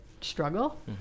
struggle